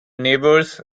neighbours